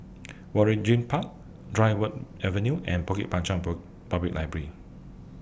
Waringin Park Dryburgh Avenue and Bukit Panjang Public Library